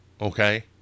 Okay